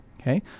Okay